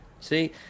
See